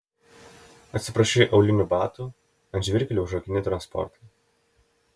atsiprašai aulinių batų ant žvyrkelio užrakini transportą